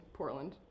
Portland